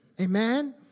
Amen